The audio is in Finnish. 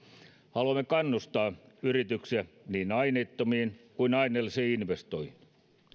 haluamme kannustaa yrityksiä niin aineettomiin kuin aineellisiin investointeihin